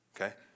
okay